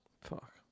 Fuck